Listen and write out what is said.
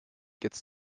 gets